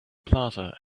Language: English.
plaza